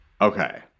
Okay